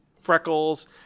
freckles